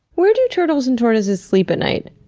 where do turtles and tortoises sleep at night?